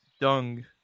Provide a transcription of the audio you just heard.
dung